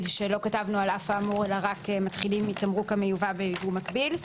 שלא כתבנו על אף האמור אלא רק מתחילים מתמרוק המיובא בייבוא מגביל.